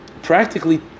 Practically